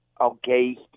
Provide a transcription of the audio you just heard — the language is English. okay